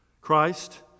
Christ